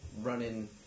running